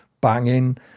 banging